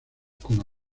con